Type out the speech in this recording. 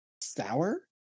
sour